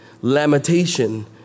Lamentation